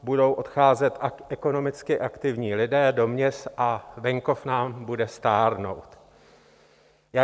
Budou odcházet ekonomicky aktivní lidé do měst a venkov nám bude stárnout.